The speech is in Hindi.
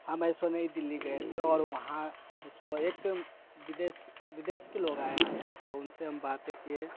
हम ऐसो नई दिल्ली गए थे और वहाँ ऐसो एक विदेश विदेश के लोग आए थे तो उनसे हम बातें किए